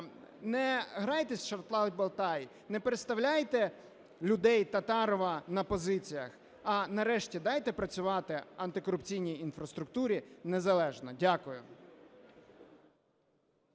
не грайтеся у шалтай-балтай, не переставляйте людей Татарова на позиціях, а нарешті дайте працювати антикорупційній інфраструктурі незалежно. Дякую.